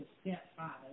stepfather